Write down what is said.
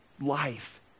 life